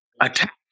Attack